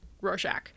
Rorschach